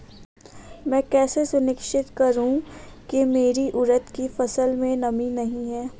मैं कैसे सुनिश्चित करूँ की मेरी उड़द की फसल में नमी नहीं है?